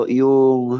yung